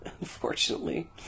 unfortunately